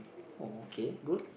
oh okay good